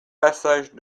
passage